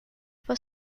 for